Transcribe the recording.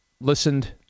listened